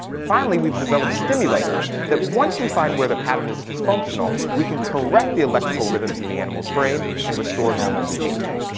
finally we've developed stimulators that once we find where the pattern is dysfunctional we can correct the electrical rhythms in the animal's brain and restore normal behavior.